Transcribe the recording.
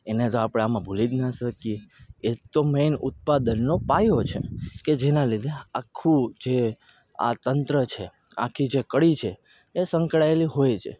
એને તો આપણે આમાં ભૂલી જ ન શકીએ એ જ તો મેન ઉત્પાદનનો પાયો છે કે જેના લીધે આખું જે આ તંત્ર છે આખી જે કડી છે એ સંકળાયેલી હોય છે